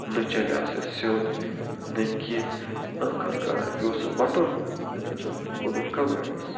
نَہ چَلیو سُہ سیود نَہ کیٚنٛہہ ٲخرکار پٮ۪و سُہ وَٹُن پیو سُہ کٕنُن کبٲڈِس